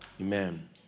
Amen